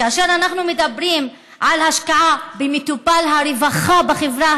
כאשר אנחנו מדברים על כך שהשקעה במטופל הרווחה בחברה